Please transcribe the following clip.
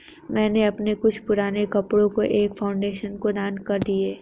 मैंने अपने कुछ पुराने कपड़ो को एक फाउंडेशन को दान कर दिया